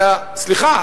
וסליחה,